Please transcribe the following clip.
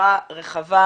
סקירה רחבה,